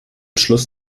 schluss